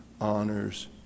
honors